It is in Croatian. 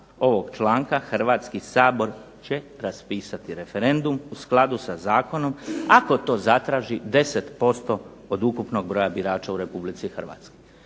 ovog članka Hrvatski sabor će raspisati referendum u skladu sa zakonom ako to zatraži 10% od ukupnog broja birača u RH." Dakle,